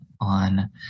on